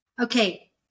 okay